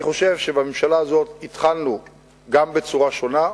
אני חושב שגם בממשלה הזאת התחלנו בצורה שונה,